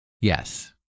Yes